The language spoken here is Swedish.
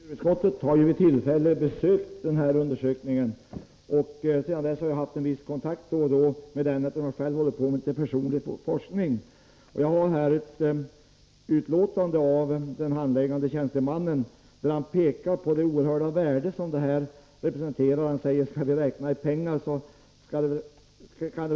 Herr talman! Kulturutskottet har vid ett tillfälle besökt platsen för denna undersökning. Därefter har jag haft en viss kontakt med handläggaren, eftersom jag själv ägnar mig åt viss forskning på området. Jag har framför mig ett utlåtande av vederbörande handläggare, i vilket han pekar på det oerhörda värde som materialet representerar. Det kan i pengar räknat värderas till miljardbelopp, säger han.